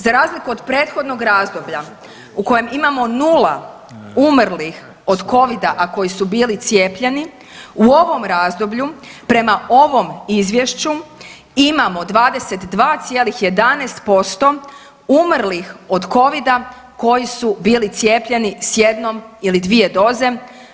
Za razliku od prethodnog razdoblja u kojem imamo nula umrlih od covida a koji su bili cijepljeni u ovom razdoblju prema ovom Izvješću imamo 22,11% umrlih od covida koji su bili cijepljeni sa jednom ili dvije doze.